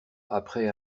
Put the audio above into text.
après